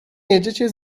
jedziecie